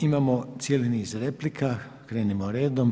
Imamo cijeli niz replika, krenimo redom.